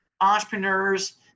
entrepreneurs